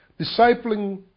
Discipling